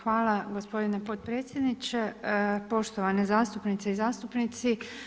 Hvala gospodine potpredsjedniče, poštovane zastupnice i zastupnici.